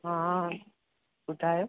हा ॿुधायो